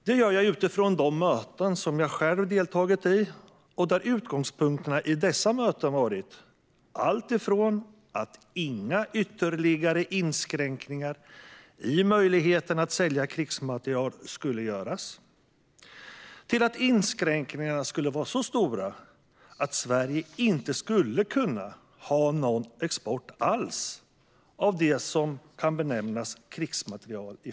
Det gör jag utifrån de möten som jag själv deltagit i. Utgångspunkterna i dessa möten har varit alltifrån att inga ytterligare inskränkningar i möjligheten att sälja krigsmateriel skulle göras till att inskränkningarna skulle vara så stora att Sverige i framtiden inte skulle kunna ha någon export alls av det som kan benämnas krigsmateriel.